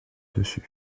dessus